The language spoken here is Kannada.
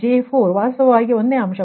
Q2J4 ವಾಸ್ತವವಾಗಿ ಒಂದೇ ಅಂಶವಾಗಿದೆ